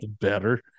better